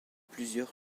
plusieurs